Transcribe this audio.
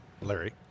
Larry